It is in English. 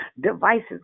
devices